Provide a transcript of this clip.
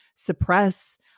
Suppress